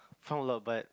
sound loud but